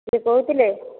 କିଏ କହୁଥିଲେ